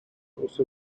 also